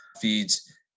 feeds